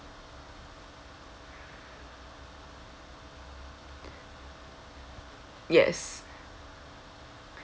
yes